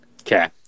Okay